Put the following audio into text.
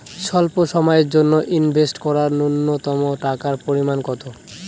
স্বল্প সময়ের জন্য ইনভেস্ট করার নূন্যতম টাকার পরিমাণ কত?